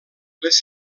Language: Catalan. les